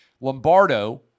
Lombardo